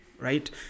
right